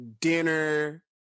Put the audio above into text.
dinner